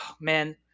man